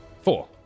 Four